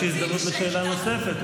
אז יש הזדמנות לשאלה נוספת,